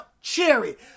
cherry